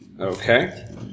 Okay